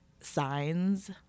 signs